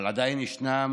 אבל עדיין ישנם